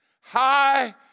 High